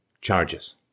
charges